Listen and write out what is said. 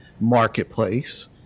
marketplace